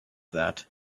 that